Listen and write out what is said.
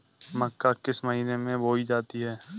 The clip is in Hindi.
मक्का किस महीने में बोई जाती है?